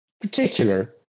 particular